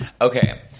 Okay